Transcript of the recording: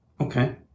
Okay